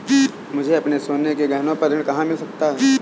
मुझे अपने सोने के गहनों पर ऋण कहाँ मिल सकता है?